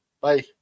Bye